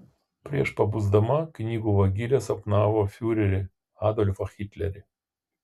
prieš pabusdama knygų vagilė sapnavo fiurerį adolfą hitlerį